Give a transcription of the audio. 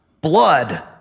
Blood